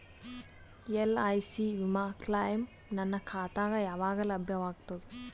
LIC ವಿಮಾ claim ನನ್ನ ಖಾತಾಗ ಯಾವಾಗ ಲಭ್ಯವಾಗತದ?